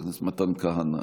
חבר הכנסת מתן כהנא,